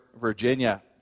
Virginia